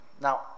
now